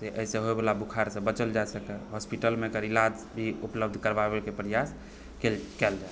से एहिसँ होयवला बोखारसँ बचल जा सके हॉस्पिटलमे एकर इलाज भी उपलब्ध करवावयके प्रयास कयल जा रहल छै